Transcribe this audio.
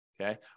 Okay